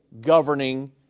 governing